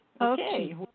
Okay